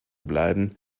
bleiben